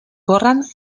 corren